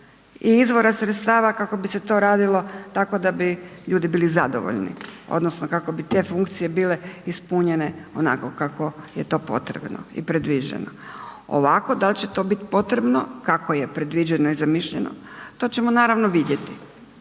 i izbora sredstava kako bi se to radilo, tako da bi ljudi bili zadovoljni, odnosno kako bi te funkcije bile ispunjene onako kako je to potrebno i predviđeno. Ovako da li će to biti potrebno, kako je predviđeno i zamišljeno, to ćemo, naravno vidjeti.